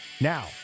Now